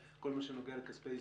לא נדון בכל מה שנוגע לכספי עיזבונות,